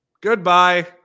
Goodbye